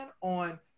on